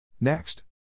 Next